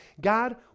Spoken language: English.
God